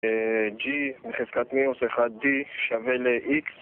G חזקת מיוס 1D שווה ל-X